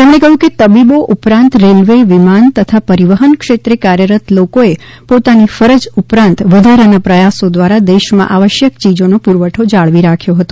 તેમણે કહ્યું કે તબીબો ઉપરાંત રેલવે વિમાન તથા પરિવહનક્ષેત્રે કાર્યરત લોકોએ પોતાની ફરજ ઉપરાંત વધારાના પ્રયાસો દ્વારા દેશમાં આવશ્યક ચીજોનો પૂરવઠો જાળવી રાખ્યો હતો